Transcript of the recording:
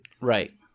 right